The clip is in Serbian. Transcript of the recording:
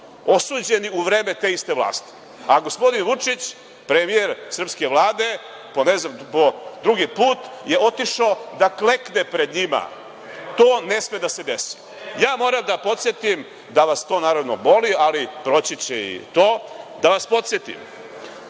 osuđeni u vreme te iste vlasti, a gospodin Vučić, premijer srpske Vlade, po drugi put, je otišao da klekne pred njima. To ne sme da se desi. Ja moram da podsetim da vas to boli, ali proći će i to. Da vas podsetim,